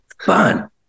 fun